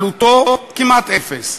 עלותו כמעט אפס.